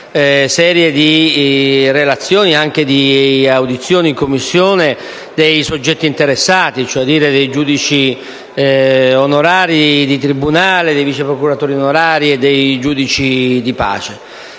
serie di relazioni e audizioni in Commissione dei soggetti interessati, giudici onorari di tribunale, viceprocuratori onorari e giudice di pace.